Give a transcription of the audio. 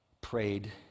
Prayed